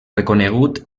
reconegut